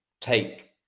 take